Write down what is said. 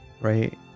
right